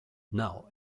now